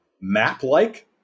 map-like